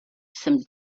some